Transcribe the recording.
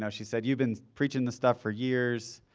so she said, you've been preaching the stuff for years,